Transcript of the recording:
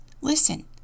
Listen